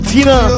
Tina